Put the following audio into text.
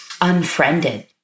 unfriended